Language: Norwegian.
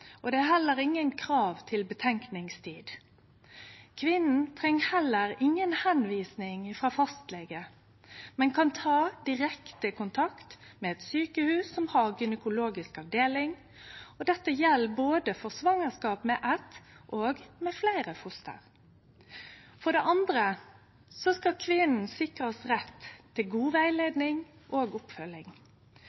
og det er heller ikkje noko krav om omtenkingstid. Kvinna treng heller inga tilvising frå fastlegen, men kan ta direkte kontakt med eit sjukehus som har gynekologisk avdeling. Dette gjeld både for svangerskap med eitt og med fleire foster. For det andre skal kvinna sikrast rett til god